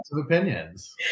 opinions